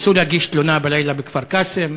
ניסו להגיש תלונה בלילה בכפר-קאסם.